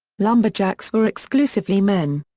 lumberjacks were exclusively men.